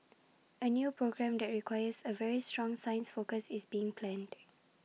A new programme that requires A very strong science focus is being planned